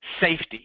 safety